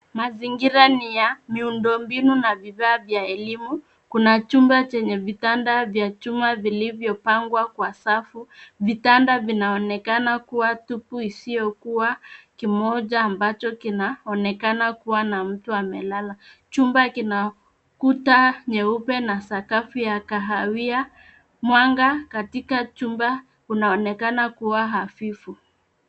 Mazingira ni ya miundombinu na vifaa vya elimu. Kuna chumba chenye vitanda vya chuma vilivyopangwa kwa safu. Vitanda vinaonekana kuwa tupu isipokuwa kimoja ambacho kinaonekana kina mtu amelala. Chumba kina kuta nyeupe na sakafu ya kahawia. Mwanga katika chumba unaonekana kuwa hafifu.